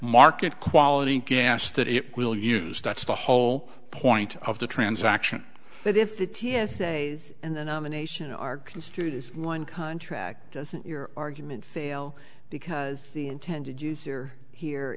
market quality gas that it will use that's the whole point of the transaction but if the t s a and the nomination are construed as one contract doesn't your argument fail because the intended use here